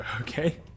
Okay